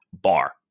bar